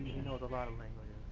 knows a lot of languages